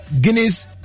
Guinness